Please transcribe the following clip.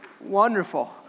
Wonderful